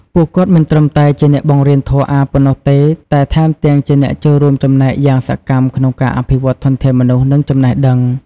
ពួកគាត់មិនត្រឹមតែជាអ្នកបង្រៀនធម៌អាថ៌ប៉ុណ្ណោះទេ តែថែមទាំងជាអ្នកចូលរួមចំណែកយ៉ាងសកម្មក្នុងការអភិវឌ្ឍធនធានមនុស្ស និងចំណេះដឹង។